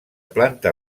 planta